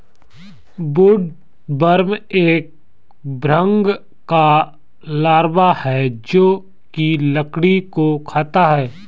woodworm एक भृंग का लार्वा है जो की लकड़ी को खाता है